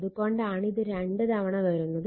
അത് കൊണ്ടാണ് ഇത് രണ്ട് തവണ വരുന്നത്